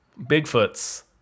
Bigfoots